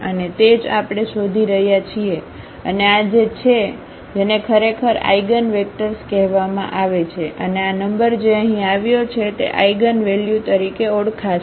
અને તે જ આપણે શોધી રહ્યા છીએ અને આ છે જેને ખરેખર આઇગનવેક્ટર્સ કહેવામાં આવે છે અને આ નંબર જે અહીં આવ્યો છે તે આઇગનવેલ્યુ તરીકે ઓળખાશે